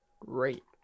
Great